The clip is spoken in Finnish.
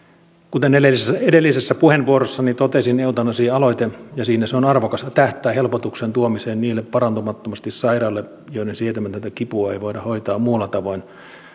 kuten edellisessä edellisessä puheenvuorossani totesin eutanasia aloite ja siinä se on arvokas tähtää helpotuksen tuomiseen niille parantumattomasti sairaille joiden sietämätöntä kipua ei voida hoitaa muulla tavoin